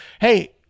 hey